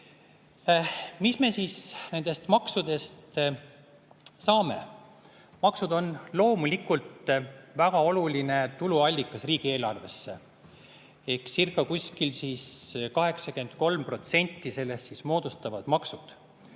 Mis me siis nendest maksudest saame? Maksud on loomulikult väga oluline tuluallikas riigieelarvesse:circa83% sellest moodustavad maksud.